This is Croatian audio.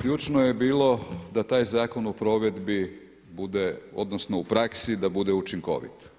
ključno je bilo da taj zakon u provedbi bude odnosno u praksi da bude učinkovit.